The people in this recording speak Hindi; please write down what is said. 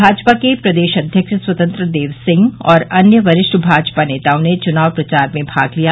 भाजपा के प्रदेश अध्यक्ष स्वतंत्र देव सिंह एवं अन्य वरिष्ठ भाजपा नेताओं ने चुनाव प्रचार में भाग लिया